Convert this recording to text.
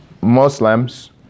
Muslims